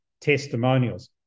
testimonials